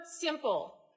simple